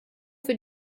für